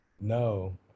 No